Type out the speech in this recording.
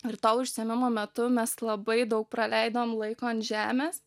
ir to užsiėmimo metu mes labai daug praleidom laiko an žemės